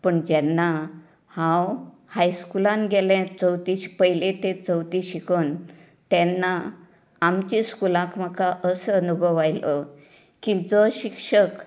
पूण जेन्ना हांव हायस्कूलांत गेले चवथी पयली तें चवथी शिकून तेन्ना आमचे स्कुलांत म्हाका असो अनुभव आयलो की जो शिक्षक